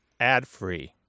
adfree